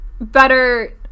better